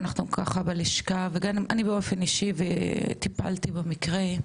ואנחנו ככה בלשכה וגם אני באופן אישי טיפלתי במקרה,